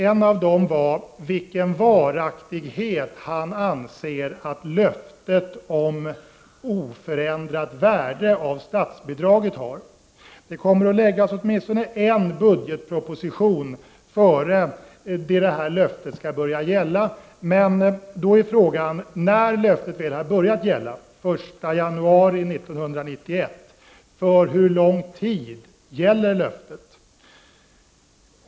En av dem var vilken varaktighet han anser att löftet om oförändrat värde av statsbidraget har. Det kommer ju att läggas fram åtminstone en budgetproposition innan det här löftet skall börja gälla. Då är frågan: När löftet väl har börjat gälla, den 1 januari 1991, för hur lång tid gäller löftet?